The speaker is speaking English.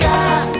God